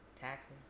taxes